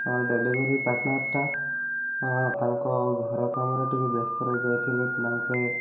ତ ଡେଲିଭରି ପାର୍ଟନର୍ଟା ତାଙ୍କ ଘର କାମରେ ଟିକେ ବ୍ୟସ୍ତ ରହିଯାଇଥିଲେ ତାଙ୍କେ